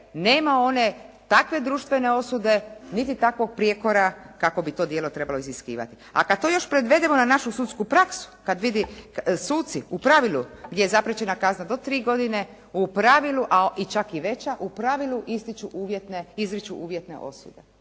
nema one takve društvene osude, niti takvog prijekora kakvo bi to djelo trebalo iziskivati. A kada to još prevedemo na našu sudsku praksu, kada vidi suci u pravilu gdje je zapriječena kazna do 3 godine, a čak i veća u pravilu izriču uvjetne osude.